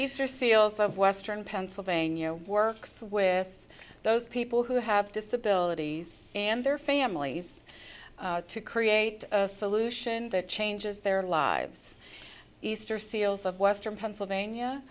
easter seals of western pennsylvania works with those people who have disabilities and their families to create a solution that changes their lives easter seals of western pennsylvania